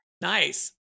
nice